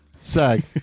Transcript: Sag